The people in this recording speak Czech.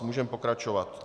Můžeme pokračovat.